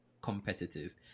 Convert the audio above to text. competitive